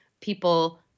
people